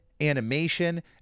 animation